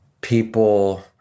people